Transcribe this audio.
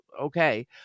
okay